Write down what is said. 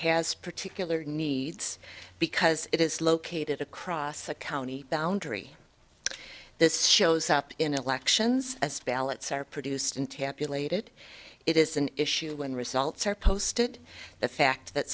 has particular needs because it is located across the county boundary this shows up in elections as ballots are produced and tabulated it is an issue when results are posted the fact that